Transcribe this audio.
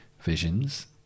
visions